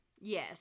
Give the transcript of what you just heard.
Yes